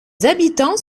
habitants